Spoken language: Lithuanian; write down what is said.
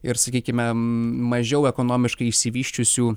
ir sakykime mažiau ekonomiškai išsivysčiusių